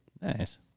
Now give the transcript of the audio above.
nice